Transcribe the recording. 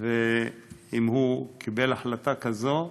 ואם הוא קיבל החלטה כזאת,